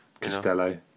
Costello